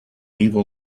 evil